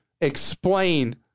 explain